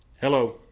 Hello